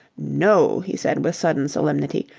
no, he said with sudden solemnity.